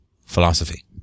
philosophy